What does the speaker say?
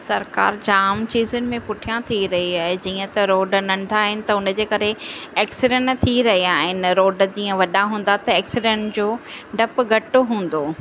सरकारु जाम चीजुनि में पुठियां थी रही आहे जीअं त रोड नंढा आहिनि त हुनजे करे एक्सीडेंट थी रहिया आहिनि रोड जीअं वॾा हूंदा त एक्सीडेंट जो ॾपु घटि हूंदो